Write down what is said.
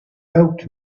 helped